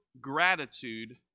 gratitude